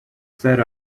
set